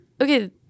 okay